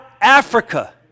Africa